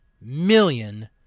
million